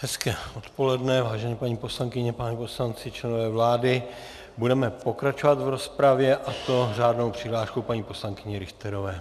Hezké odpoledne, vážené paní poslankyně, páni poslanci, členové vlády, budeme pokračovat v rozpravě, a to řádnou přihláškou paní poslankyně Richterové.